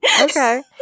okay